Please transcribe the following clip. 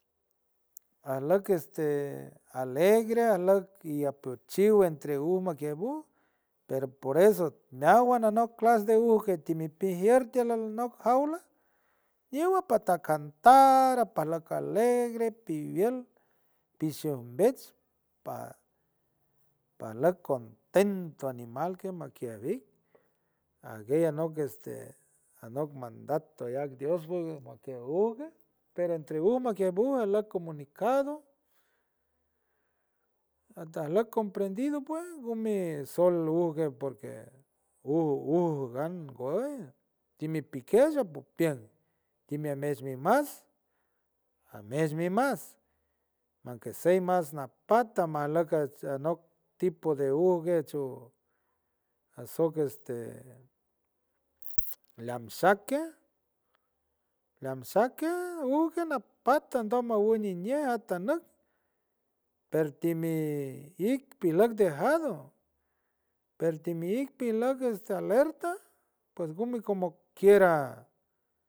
Ajluk a este alegre, ajlek ia potchiw entre uma kiej bu, pero por eso meawan anok clas de ujg gueti mipijier tield alnok jaula, iyuwa pa ta cantar, ajpaj lak alegre piwueld tishun umbets, pa- pajlak contento animal kej makiej ajlik, ajgue anoy este anok mandato ayac dios bugue monte ugue, pero entre uma kiej buje ajlok comunicado, hasta ajlek comprendido pues, ngume sold ujgue porque uj ujgan unguey timipikesh ajpompian, timianiem mi mas anies mi mas mas anke sey mas majnapata majlock akey ajlanok tipo de ujg chuj, asok este leam sak keaj, leam sak keaj ujgue najpata ando mawin iñiej atanuk, pertemiti ik piler dejado, pertimiti ik pilock este alerta ngomi como quiera.